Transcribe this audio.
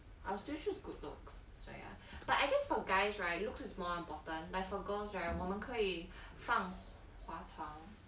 I still choose good looks so ya but I think for guys right looks is more important like for girls right 我们可以放化妆